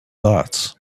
thoughts